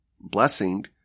blessing